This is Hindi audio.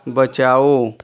बचाओ